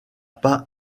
pas